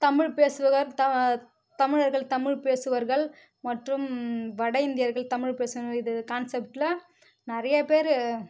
தமிழ் பேசுபவர் தா தமிழர்கள் தமிழ் பேசுபவர்கள் மற்றும் வட இந்தியர்கள் தமிழ் பேசணும் இது கான்சப்ட்டில் நிறைய பேர்